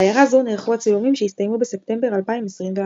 בעיירה זו נערכו הצילומים שהסתיימו בספטמבר 2021,